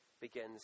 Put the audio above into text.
begins